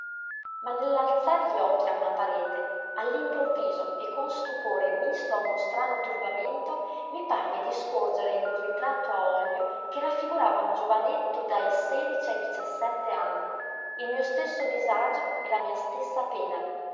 ma nell'alzar gli occhi a una parete all'improvviso e con stupore misto a uno strano turbamento mi parve di scorgere in un ritratto a olio che raffigurava un giovanetto dai sedici ai diciassette anni il mio stesso disagio e la mia stessa pena